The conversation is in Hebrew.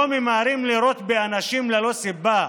לא ממהרים לירות באנשים ללא סיבה.